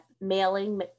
mailing